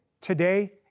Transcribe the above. today